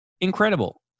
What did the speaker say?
Incredible